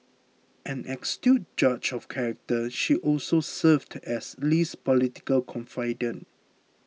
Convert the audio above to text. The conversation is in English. an astute judge of character she also served as Lee's political confidante